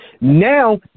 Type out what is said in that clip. Now